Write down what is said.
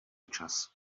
čas